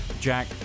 Jack